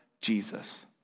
Jesus